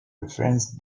reference